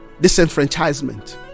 Disenfranchisement